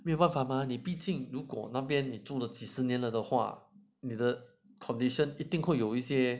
没有办法嘛你毕竟如果那边你住了几十年了的话你的 condition 一定会有一些